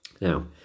Now